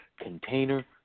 container